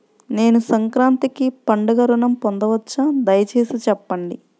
నేను సంక్రాంతికి పండుగ ఋణం పొందవచ్చా? దయచేసి చెప్పండి?